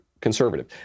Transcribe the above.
conservative